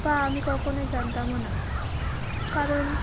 বা আমি কখনোই জানতামও না কারণ